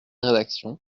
rédaction